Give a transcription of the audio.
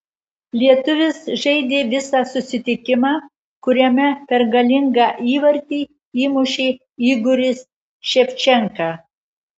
lietuvis žaidė visą susitikimą kuriame pergalingą įvartį įmušė igoris ševčenka